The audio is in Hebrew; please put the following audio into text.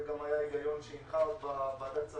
זה גם היה ההיגיון שהנחה בוועדת שרים.